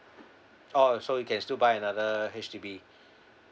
oh so you can still buy another H_D_B